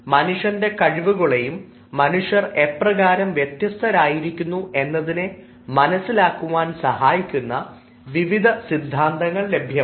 മനുഷ്യൻറെ കഴിവുകളെയും മനുഷ്യർ എപ്രകാരം വ്യത്യസ്തരായിരുന്നു എന്നതിനെ മനസ്സിലാക്കുവാൻ സഹായിക്കുന്ന വിവിധ സിദ്ധാന്തങ്ങൾ ലഭ്യമാണ്